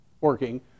working